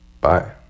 bye